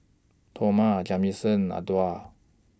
Toma Jamison Adolph